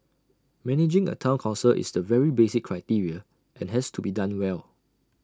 managing A Town Council is the very basic criteria and has to be done well